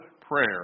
prayer